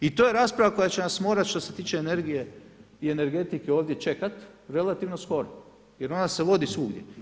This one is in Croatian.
I to je rasprava koje će nas morati što se tiče energije i energetike ovdje čekat relativno skoro jer ona se vodi svugdje.